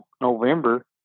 November